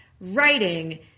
writing